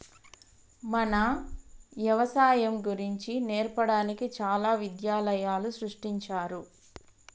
మన యవసాయం గురించి నేర్పడానికి చాలా విద్యాలయాలు సృష్టించారు